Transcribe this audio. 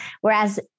Whereas